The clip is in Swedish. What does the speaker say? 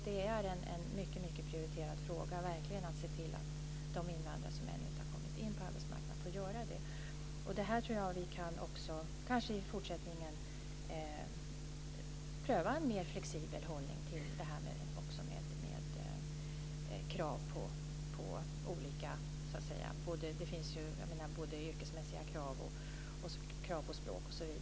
Det är en prioriterad fråga, att se till att de invandrare som ännu inte har kommit in på arbetsmarknaden får göra det. Vi kan i fortsättningen kanske pröva en mer flexibel hållning till olika krav, både yrkesmässiga krav och krav på språkkunskaper.